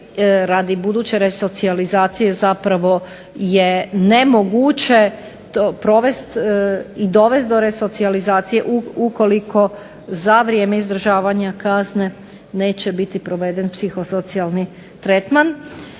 Radi buduće resocijalizacije zapravo je nemoguće provest i dovest do resocijalizacije ukoliko za vrijeme izdržavanja kazne neće biti proveden psihosocijalni tretman.